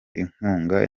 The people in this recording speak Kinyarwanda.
inkunga